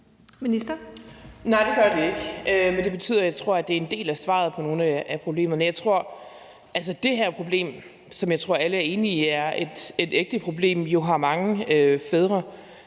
Egelund): Nej, det gør det ikke. Men det betyder, at jeg tror, det er en del af svaret på nogle af problemerne. Altså, det her problem, som jeg tror alle er enige i er et ægte problem, har jo mange fædre.